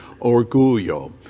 Orgullo